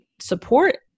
support